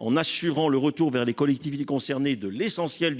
en assurant le retour vers les collectivités concernées de l'essentiel du